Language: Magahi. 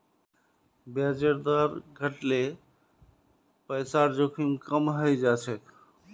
ब्याजेर दर घट ल पैसार जोखिम कम हइ जा छेक